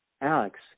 Alex